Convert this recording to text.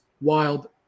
wild